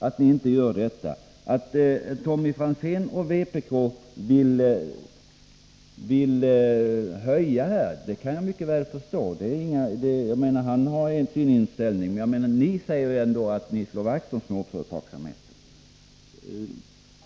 Att Tommy Franzén och vpk vill höja skatten kan jag mycket väl förstå — han har sin inställning. Men ni socialdemokrater säger ändå att ni slår vakt om småföretagsamheten.